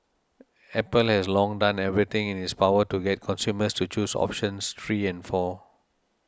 apple has long done everything in its power to get consumers to choose options three and four